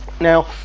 Now